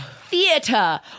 theater